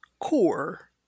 core